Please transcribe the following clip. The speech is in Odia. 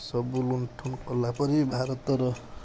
ସବୁ ଲୁଣ୍ଠନ କଲା ପରେ ଭାରତର